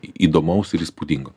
įdomaus ir įspūdingo